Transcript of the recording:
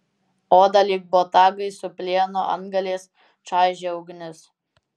odą lyg botagai su plieno antgaliais čaižė ugnis